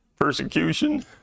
Persecution